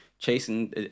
Chasing